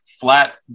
flat